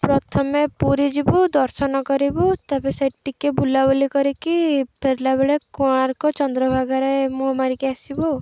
ପ୍ରଥମେ ପୁରୀ ଯିବୁ ଦର୍ଶନ କରିବୁ ତାପରେ ସେ ଟିକେ ବୁଲାବୁଲି କରିକି ଫେରିଲା ବେଳେ କୋଣାର୍କ ଚନ୍ଦ୍ରଭାଗରେ ମୁହଁ ମାରିକି ଆସିବୁ ଆଉ